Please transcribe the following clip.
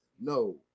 No